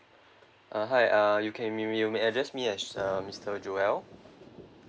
uh hi uh you can may may address me as um mister joel